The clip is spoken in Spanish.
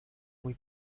muy